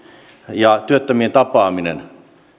ja työttömien tapaaminen